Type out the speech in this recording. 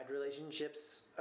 relationships